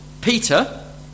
Peter